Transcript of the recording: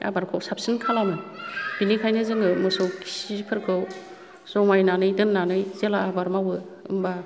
आबादखौ साबसिन खालामो बिनिखाइनो जोङो मोसौ खिफोरखौ जमायनानै दोन्नानै जेला आबाद मावो होनबा